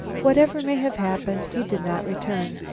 whatever may have happened, he did not return.